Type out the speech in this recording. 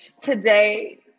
Today